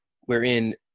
wherein